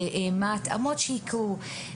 ומהן ההתאמות שיקרו.